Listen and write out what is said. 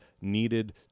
needed